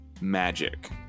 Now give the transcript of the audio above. magic